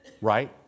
Right